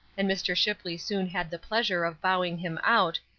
and mr. shipley soon had the pleasure of bowing him out,